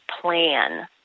plan